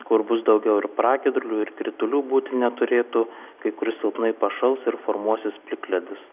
kur bus daugiau ir pragiedrulių ir kritulių būti neturėtų kai kur silpnai pašals ir formuosis plikledis